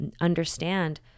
Understand